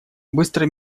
быстро